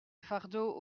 fardeau